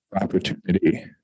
opportunity